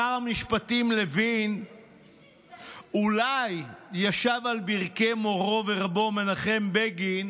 שר המשפטים לוין אולי ישב על ברכי מורו ורבו מנחם בגין,